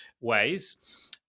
ways